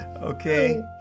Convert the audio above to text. Okay